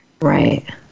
Right